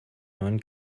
neuen